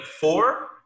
Four